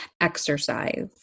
exercise